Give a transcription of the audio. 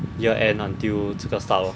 year end until 这个 start lor